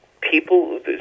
People